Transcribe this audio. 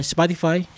Spotify